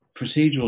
procedural